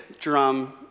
drum